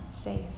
safe